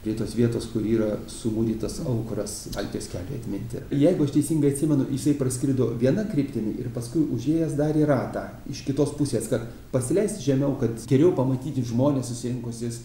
prie tos vietos kur yra sumūrytas aukuras baltijos keliui atminti jeigu aš teisingai atsimenu jisai praskrido viena kryptimi ir paskui užėjęs darė ratą iš kitos pusės ka pasileisti žemiau kad geriau pamatyti žmones susirinkusius